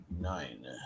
nine